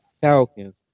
Falcons